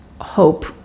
hope